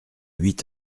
huit